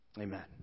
amen